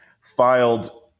filed